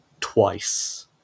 twice